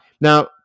Now